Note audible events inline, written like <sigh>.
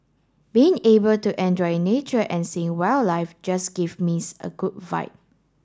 being able to enjoy nature and seeing wildlife just give me <unintelligible> a good vibe